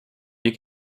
you